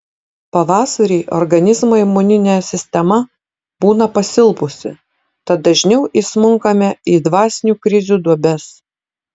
pavasarį organizmo imuninė sistema būna pasilpusi tad dažniau įsmunkame į dvasinių krizių duobes